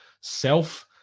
self